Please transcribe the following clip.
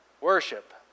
worship